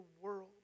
world